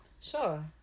Sure